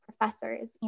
professors